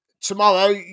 Tomorrow